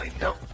No